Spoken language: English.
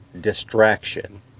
distraction